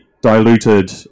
diluted